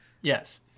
Yes